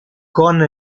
con